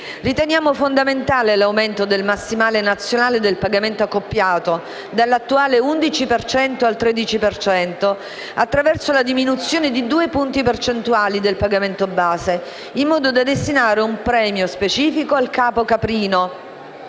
Riteniamo fondamentale l'aumento del massimale nazionale del pagamento accoppiato, dall'attuale 11 per cento al 13 per cento, attraverso la diminuzione di due punti percentuali del pagamento base, in modo da destinare un premio specifico al capo caprino